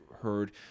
heard